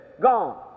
gone